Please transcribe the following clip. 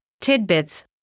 tidbits